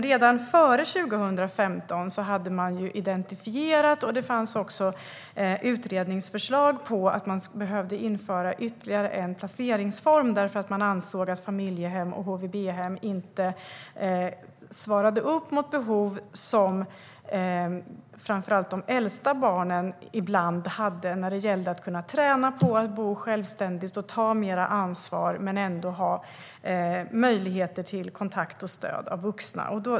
Redan före 2015 hade man dock identifierat, och det fanns även utredningsförslag om, att man behövde införa ytterligare en placeringsform därför att man ansåg att familjehem och HVB-hem inte svarade upp mot behov som framför allt de äldsta barnen ibland har när det gäller att kunna träna på att bo självständigt och ta mer ansvar men ändå ha möjligheter till kontakt med och stöd av vuxna.